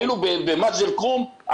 היינו במג'ד אל כרום,